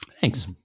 thanks